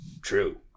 true